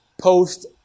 post